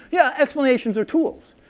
yeah, explanations are tools,